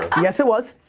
yes it was,